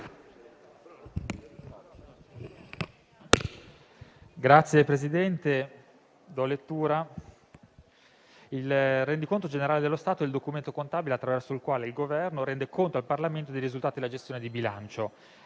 Signor Presidente, il rendiconto generale dello Stato è il documento contabile attraverso il quale il Governo rende conto al Parlamento dei risultati della gestione di bilancio.